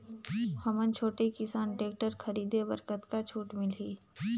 हमन छोटे किसान टेक्टर खरीदे बर कतका छूट मिलही?